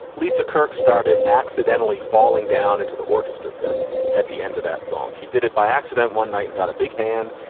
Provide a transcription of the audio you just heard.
lisa kirk started accidentally falling down into the orchestra pit at the end of that song. she did it by accident one night and got a big hand.